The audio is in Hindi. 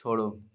छोड़ो